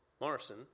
Morrison